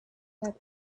let